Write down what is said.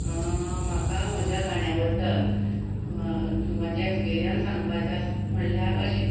म्हाका म्हज्या गाण्या बद्दल म्हाजे एक्सपिरियन्स सांगपाचें आसत म्हणल्यार अशें